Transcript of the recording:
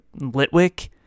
Litwick